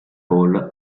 paul